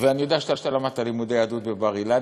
ואני יודע שלמדת לימודי יהדות בבר-אילן,